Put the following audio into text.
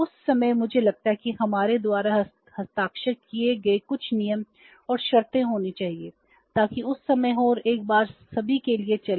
उस समय मुझे लगता है कि हमारे द्वारा हस्ताक्षर किए गए कुछ नियम और शर्तें होनी चाहिए ताकि उस समय हो और एक बार सभी के लिए चलें